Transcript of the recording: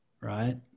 right